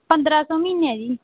ਪੰਦਰਾਂ ਸੌ ਮਹੀਨਾ ਹੈ ਜੀ